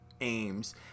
aims